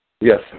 Yes